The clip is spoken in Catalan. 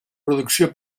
producció